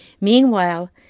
Meanwhile